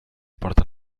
porta